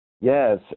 Yes